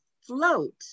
float